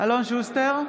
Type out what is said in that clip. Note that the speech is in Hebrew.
אלון שוסטר,